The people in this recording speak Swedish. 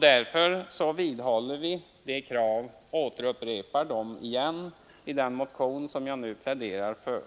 Vi vidhåller därför och återupprepar nu dessa krav i den motion jag här pläderar för.